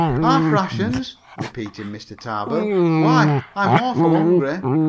half rations! repeated mr. tarbill. why, i'm awful hungry!